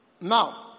Now